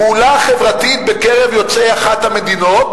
פעולה חברתית בקרב יוצאי אחת המדינות,